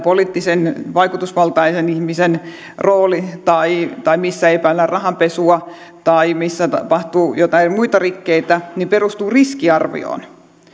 poliittisen vaikutusvaltaisen ihmisen rooli tai tai missä epäillään rahanpesua tai missä tapahtuu joitain muita rikkeitä perustuvat riskiarvioon